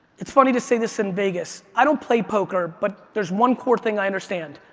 it's funny to say this in vegas. i don't play poker but there's one core thing i understand.